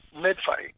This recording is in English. mid-fight